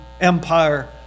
empire